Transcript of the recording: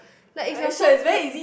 like if you're so cl~